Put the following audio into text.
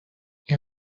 این